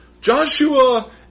Joshua